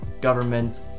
government